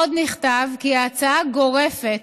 עוד נכתב כי ההצעה גורפת,